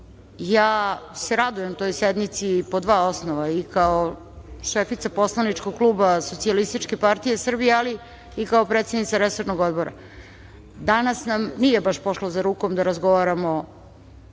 Ja se radujem toj sednici po dva osnova, i kao šefica poslaničkog kluba SPS, ali i kao predsednica resornog odbora. Danas nam nije baš pošlo za rukom da razgovaramo